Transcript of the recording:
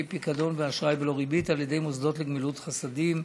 פיקדון ואשראי בלא ריבית על ידי מוסדות לגמילות חסדים,